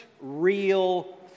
real